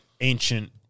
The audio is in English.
ancient